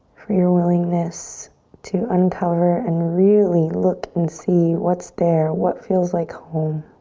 for your willingness to uncover and really look and see what's there, what feels like home.